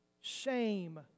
shame